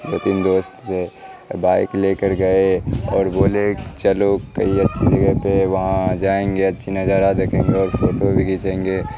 دو تین دوست سے بائک لے کر گئے اور بولے چلو کہیں اچھی جگہ پہ وہاں جائیں گے اچھی نظارہ دیکھیں گے اور فوٹو بھی کھینچیں گے